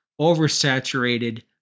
oversaturated